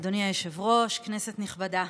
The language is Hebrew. אדוני היושב-ראש, כנסת נכבדה,